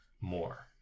more